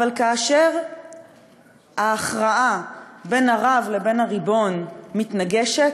אבל כאשר ההכרעה בין הרב לבין הריבון מתנגשת,